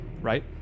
right